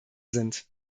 sind